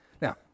Now